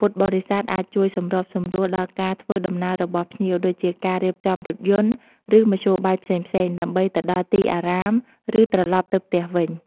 ពួកគាត់អាចចែករំលែកបទពិសោធន៍ផ្ទាល់ខ្លួនទាក់ទងនឹងវត្ត ឬពិធីបុណ្យ ដើម្បីឲ្យភ្ញៀវមានអារម្មណ៍ស្និទ្ធស្នាល និងយល់ដឹងកាន់តែច្បាស់អំពីប្រពៃណី។